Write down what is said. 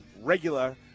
regular